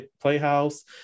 Playhouse